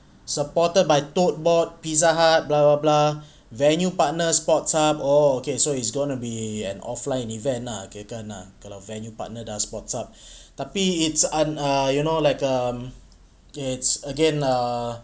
supported by tote board pizza hut blah blah blah venue partner sports up oh okay so it's gonna be an offline event ah kirakan ah kalau venue partner dah sports up tapi it's um ah you know like um it's again ah